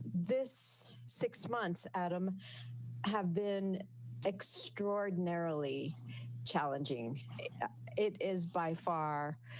this six months at them have been extraordinarily challenging it is by far.